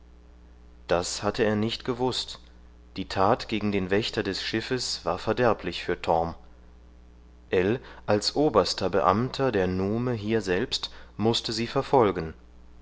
das hatte er nicht gewußt die tat gegen den wächter des schiffes war verderblich für torm ell als oberster beamter der nume hierselbst mußte sie verfolgen